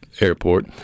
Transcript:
Airport